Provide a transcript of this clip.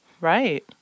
Right